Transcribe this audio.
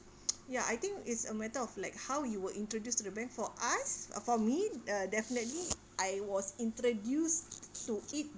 ya I think it's a matter of like how you were introduced to the bank for us uh for me uh definitely I was introduced to it